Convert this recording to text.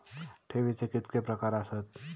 ठेवीचे कितके प्रकार आसत?